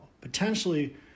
potentially